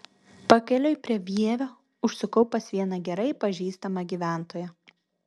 pakeliui prie vievio užsukau pas vieną gerai pažįstamą gyventoją